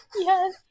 Yes